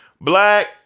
Black